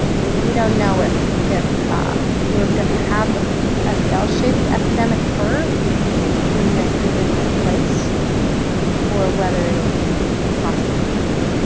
we don't know if if ah we're going to have a bell-shaped epidemic curve in a given place or whether it'll be across the whole country.